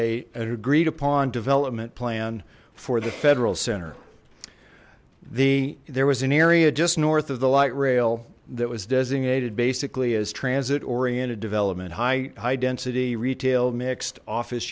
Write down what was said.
a agreed upon development plan for the federal center the there was an area just north of the light rail that was designated basically as transit oriented development high high density retail mixed office